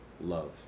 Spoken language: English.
love